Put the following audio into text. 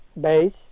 base